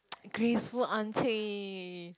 graceful aunty